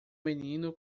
menino